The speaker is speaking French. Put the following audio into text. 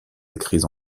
écrits